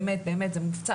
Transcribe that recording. באמת זה מבצע,